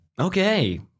Okay